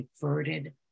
diverted